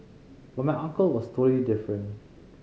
but my uncle was totally different